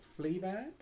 Fleabag